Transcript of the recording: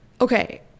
okay